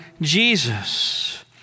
Jesus